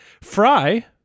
Fry